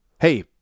Hey